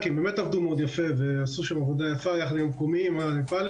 כי הם באמת עבדו מאוד יפה ועשו שם עבודה יפה יחד עם המקומיים הנפאלים,